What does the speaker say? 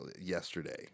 yesterday